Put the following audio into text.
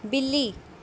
ਬਿੱਲੀ